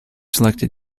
selected